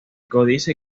códice